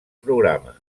programa